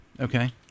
Okay